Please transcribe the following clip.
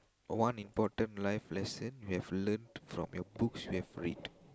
one important life lesson from the books you have read